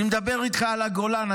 אני מדבר איתך על הגולן,